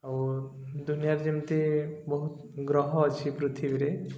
ଆଉ ଦୁନିଆରେ ଯେମିତି ବହୁତ ଗ୍ରହ ଅଛି ପୃଥିବୀରେ